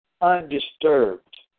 undisturbed